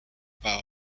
pau